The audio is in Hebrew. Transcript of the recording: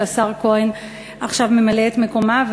שהשר כהן ממלא כעת את מקומה.